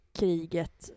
kriget